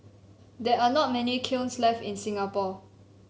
there are not many kilns left in Singapore